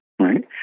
right